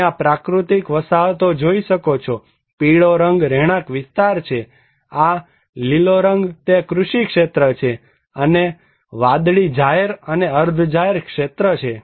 તમે આ પ્રાકૃતિક વસાહતો જોઈ શકો છો પીળો રંગ રહેણાક વિસ્તાર છે આ લીલો રંગ તે કૃષિ ક્ષેત્ર છે અને વાદળી જાહેર અને અર્ધ જાહેર ક્ષેત્ર છે